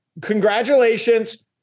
congratulations